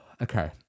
Okay